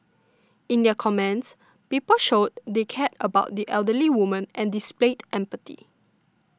in their comments people showed they cared about the elderly woman and displayed empathy